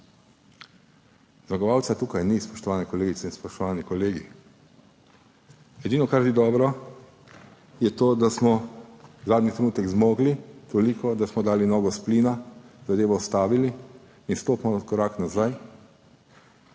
Zmagovalca tukaj ni, Spoštovane kolegice in spoštovani kolegi. Edino kar je dobro je to, da smo zadnji trenutek zmogli toliko, da smo dali nogo s plina, zadevo ustavili in stopimo korak nazaj.